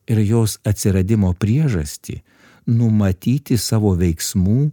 ir jos atsiradimo priežastį numatyti savo veiksmų